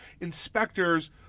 inspectors